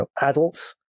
adults